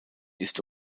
ist